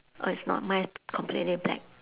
oh it's not mine is completely black